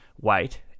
weight